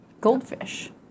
Goldfish